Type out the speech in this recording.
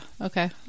okay